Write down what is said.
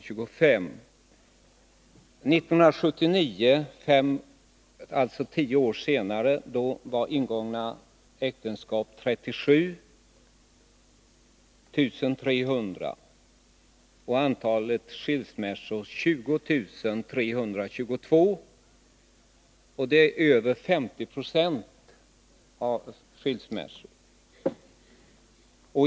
År 1979, dvs. tio år senare, ingicks 37 300 äktenskap, medan antalet skilsmässor var 20 322 eller 0,54 per ingånget äktenskap.